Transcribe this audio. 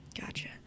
Gotcha